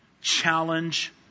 challenge